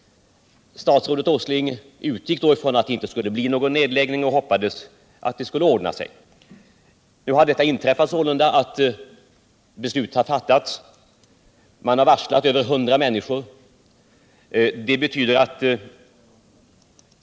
Statsrådet Åsling utgick då från att det inte skulle bli någon nedläggning och hoppades att allt skulle ordna sig. Nu har alltså beslut fattats; man har varslat över 100 människor om avsked.